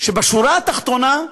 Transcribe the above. בשורה התחתונה,